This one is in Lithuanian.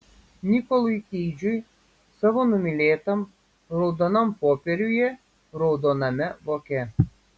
nikolui keidžui savo numylėtam raudonam popieriuje raudoname voke